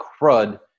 crud